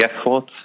efforts